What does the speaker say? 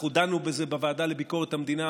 אנחנו דנו בזה בוועדה לביקורת המדינה.